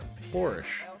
Flourish